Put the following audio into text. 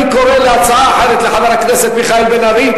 אני קורא להצעה אחרת לחבר הכנסת מיכאל בן-ארי.